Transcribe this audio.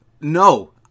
No